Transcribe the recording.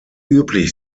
üblich